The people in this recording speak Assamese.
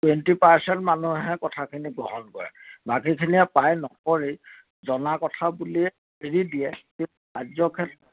টুৱেণ্টি পাৰ্চেণ্ট মানুহে কথাখিনি গ্ৰহণ কৰে বাকীখিনিয়ে প্ৰায়ে নকৰেই জনা কথা বুলিয়েই এৰি দিয়ে সেই কাৰ্য ক্ষেত্ৰত